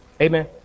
Amen